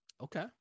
Okay